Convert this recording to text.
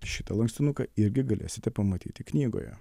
šitą lankstinuką irgi galėsite pamatyti knygoje